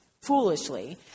foolishly